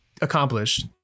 accomplished